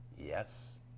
Yes